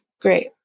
great